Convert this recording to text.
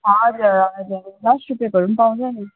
हजुर हजुर दस रुपियाँकोहरू पनि पाउँछ नि